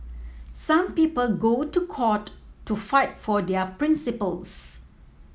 some people go to court to fight for their principles